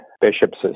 bishop's